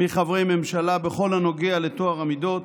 מחברי ממשלה בכל הנוגע לטוהר המידות,